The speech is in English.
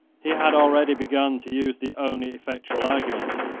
he had already begun to use the only effectual argument,